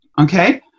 Okay